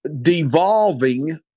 devolving